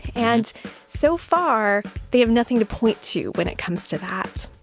and so far they have nothing to point to when it comes to that